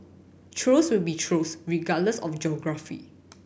trolls will be trolls regardless of geography